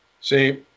See